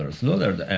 ah slaughtered?